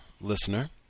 listener